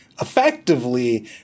effectively